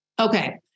Okay